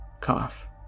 cough